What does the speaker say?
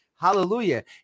Hallelujah